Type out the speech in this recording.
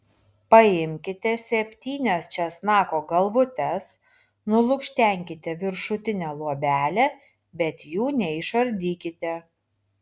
paimkite septynias česnako galvutes nulukštenkite viršutinę luobelę bet jų neišardykite